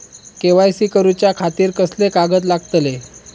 KYC करूच्या खातिर कसले कागद लागतले?